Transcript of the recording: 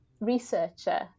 researcher